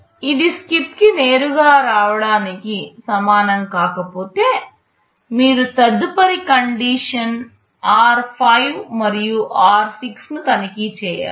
ఇది SKIP కి నేరుగా రావడానికి సమానం కాకపోతే మీరు తదుపరి కండిషన్ r5 మరియు r6 ను తనిఖీ చేయండి